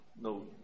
no